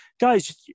guys